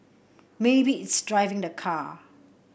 maybe it's driving the car